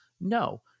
No